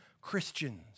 Christians